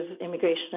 immigration